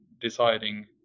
deciding